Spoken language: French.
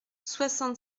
soixante